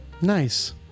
Nice